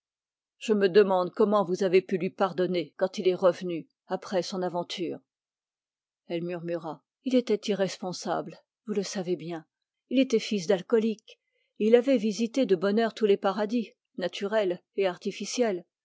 je me demande comment vous avez pu lui pardonner quand il est revenu après son aventure elle murmura il était irresponsable vous le savez bien il était fils d'alcoolique et il avait visité de bonne heure tous les paradis naturels et artificiels